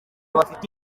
bafite